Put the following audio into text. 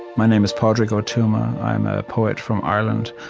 my name is padraig o tuama. i'm a poet from ireland.